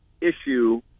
issue